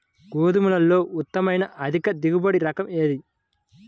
గోధుమలలో ఉత్తమమైన అధిక దిగుబడి రకం ఏది?